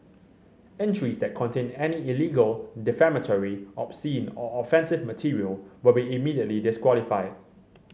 entries that contain any illegal defamatory obscene or offensive material will be immediately disqualified